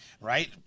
Right